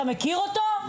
אתה מכיר אותו?